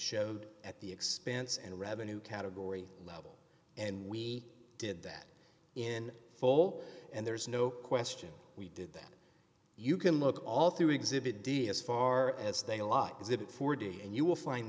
showed at the expense and revenue category level and we did that in full and there's no question we did that you can look at all through exhibit d as far as the a lot is it four d and you will find